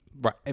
Right